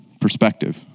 perspective